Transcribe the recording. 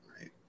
right